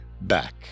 back